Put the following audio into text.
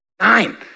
Nine